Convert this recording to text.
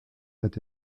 est